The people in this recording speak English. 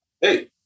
Hey